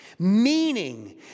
Meaning